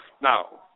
Now